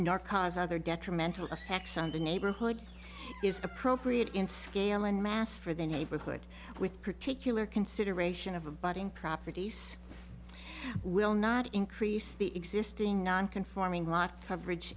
nor cause other detrimental effects on the neighborhood is appropriate in scale and mass for the neighborhood with particular consideration of a budding properties will not increase the existing non conforming lot coverage